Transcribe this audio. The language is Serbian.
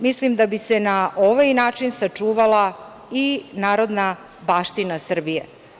Mislim da bi se na ovaj način sačuvala i narodna baština Srbije.